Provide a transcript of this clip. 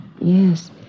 Yes